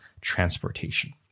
transportation